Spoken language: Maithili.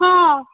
हँ